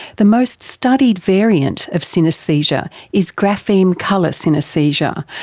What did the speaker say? the most studied variant of synaesthesia is grapheme colour synaesthesia,